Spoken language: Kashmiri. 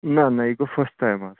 نہ نہ یہِ گوٚو فٔسٹ ٹایِم حظ